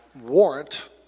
warrant